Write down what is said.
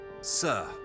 Sir